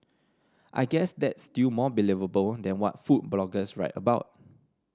I guess that's still more believable than what 'food' bloggers write about